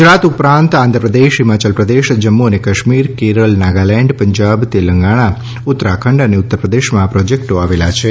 ગુજરાત ઉપરાંત આંધ્રપ્રદેશ હિમાચલ પ્રદેશ જમ્મુ અને કાશ્મીર કેરળ નાગાલેન્ડ પંજાબ તેલંગાણા ઉત્તરાખંડ અને ઉત્તરપ્રદેશમાં આ પ્રોજેક્ટો આવેલા છે